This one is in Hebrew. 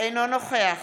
אינו נוכח